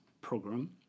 program